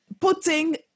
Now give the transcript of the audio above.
putting